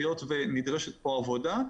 היות ונדרשת פה עבודה,